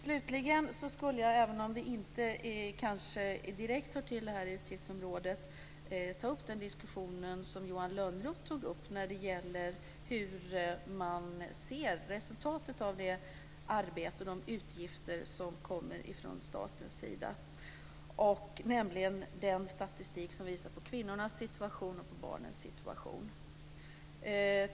Slutligen skulle jag, även om det kanske inte direkt hör till detta utgiftsområde, vilja ta upp den diskussion som Johan Lönnroth tog upp om hur man ser resultatet av det arbete och de utgifter som kommer ifrån statens sida. Det gäller den statistik som visar kvinnornas och barnens situation.